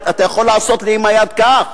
אתה יכול לעשות לי עם היד כך.